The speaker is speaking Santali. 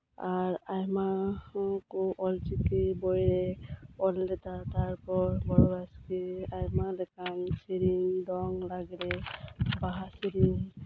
ᱟᱨ ᱟᱭᱢᱟᱠᱚ ᱚᱞ ᱪᱤᱠᱤ ᱵᱳᱭᱼᱮ ᱚᱞ ᱞᱮᱫᱟ ᱛᱟᱨᱯᱚᱨ ᱵᱚᱲᱚ ᱵᱟᱥᱠᱮ ᱟᱭᱢᱟ ᱞᱮᱠᱟᱱ ᱥᱤᱨᱤᱧ ᱫᱚᱝ ᱞᱟᱜᱽᱲᱮ ᱵᱟᱦᱟ ᱥᱤᱨᱤᱧ